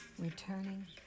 returning